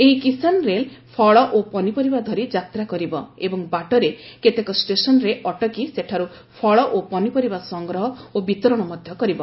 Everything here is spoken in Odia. ଏହି କିଶାନ୍ ରେଲ୍ ଫଳ ଓ ପନିପରିବା ଧରି ଯାତ୍ରା କରିବ ଏବଂ ବାଟରେ କେତେକ ଷ୍ଟେସନ୍ରେ ଅଟକି ସେଠାରୁ ଫଳ ଓ ପନିପରିବା ସଂଗ୍ରହ ଓ ବିତରଣ ମଧ୍ୟ କରିବ